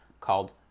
called